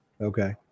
Okay